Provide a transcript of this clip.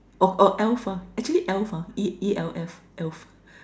orh err elf ah actually elf ah E L F elf